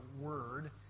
word